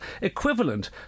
equivalent